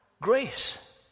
grace